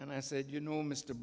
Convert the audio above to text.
and i said you know mr